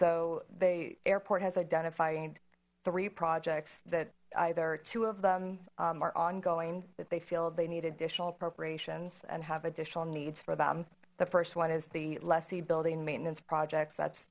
so the airport has identified three projects that either two of are ongoing that they feel they need additional appropriations and have additional needs for them the first one is the lessee building maintenance projects